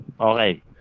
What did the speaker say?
Okay